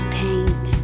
paint